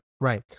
right